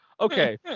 okay